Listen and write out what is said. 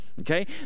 Okay